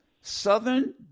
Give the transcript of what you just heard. Southern